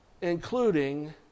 including